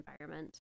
environment